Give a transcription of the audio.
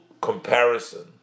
comparison